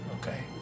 okay